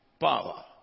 power